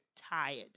tired